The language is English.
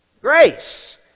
Grace